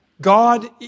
God